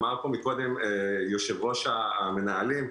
אמר פה קודם יושב-ראש איגוד המנהלים,